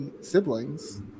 siblings